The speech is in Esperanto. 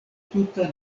tuta